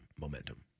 momentum